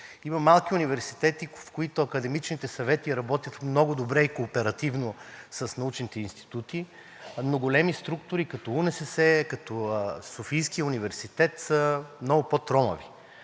Има малки университети, в които академичните съвети работят много добре и кооперативно с научните институти, но големи структури, като УНСС, като Софийския университет, са много по-тромави.